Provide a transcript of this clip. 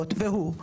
זהו חאלס,